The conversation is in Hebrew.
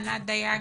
ענת דייגי.